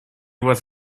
was